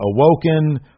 awoken